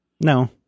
No